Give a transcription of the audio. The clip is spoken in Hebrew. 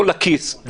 לא לכיס -- לא לכיס?